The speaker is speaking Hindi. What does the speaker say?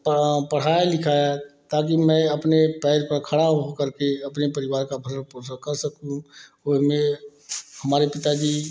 पढ़ाये लिखाये ताकि मैं अपने पैर पर खड़ा हो करके अपने परिवार का भरन पोषण कर सकूँ वह हमें हमारे पिताजी